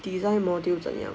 design module 怎样